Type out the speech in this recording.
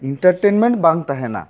entertainment ᱵᱟᱝ ᱛᱟᱦᱮᱸᱱᱟ